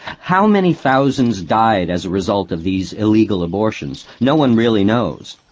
how many thousands died as a result of these illegal abortions no one really knows.